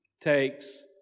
takes